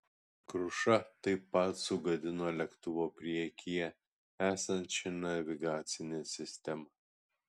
kruša taip pat sugadino lėktuvo priekyje esančią navigacinę sistemą